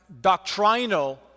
doctrinal